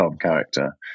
character